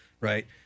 Right